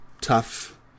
tough